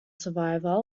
survivor